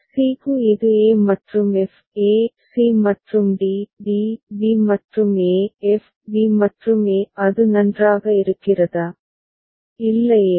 C க்கு இது e மற்றும் f e c மற்றும் d d b மற்றும் a f b மற்றும் a அது நன்றாக இருக்கிறதா இல்லையா